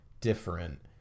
different